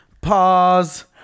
Pause